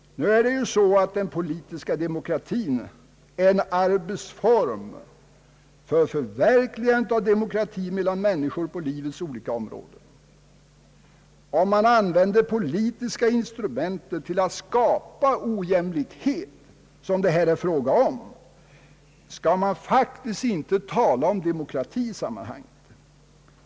Nu är ju den politiska demokratin en arbetsform för att förverkliga demokratin människorna emellan på livets olika områden. Använder man politiska instrument för att skapa ojämlikhet, som det här rör sig om, skall man faktiskt inte tala om demokrati i sam manhanget.